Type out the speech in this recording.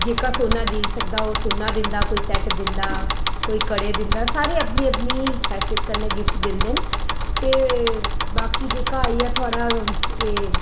जेह्का सुन्ना देई सकदा ओह् सुन्ना दिंदा कोई सैट्ट दिंदा कोई कड़े दिंदा सारे अपनी अपनी हैसियत कन्नै गिफ्ट दिंदे न ते बाकी जेह्का आई गेआ थुआढ़ा